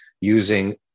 using